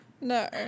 No